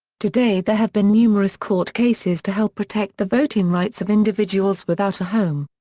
today there have been numerous court cases to help protect the voting rights of individuals without a home.